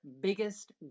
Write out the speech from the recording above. biggest